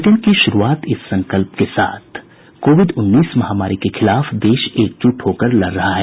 bulletin की शुरूआत इस संकल्प के साथ कोविड उन्नीस महामारी के खिलाफ देश एकजुट होकर लड़ रहा है